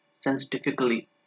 scientifically